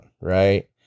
Right